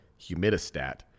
humidistat